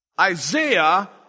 Isaiah